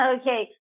Okay